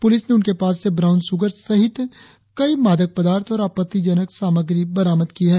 police ने उनके पास से ब्राउन शुगर सहित कई मादक पदार्थ और आपत्तिजनक सामग्री बरामद की है